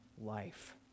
life